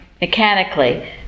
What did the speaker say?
mechanically